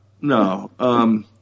no